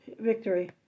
victory